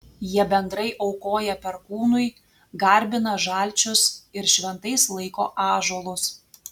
jie bendrai aukoja perkūnui garbina žalčius ir šventais laiko ąžuolus